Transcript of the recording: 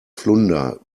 flunder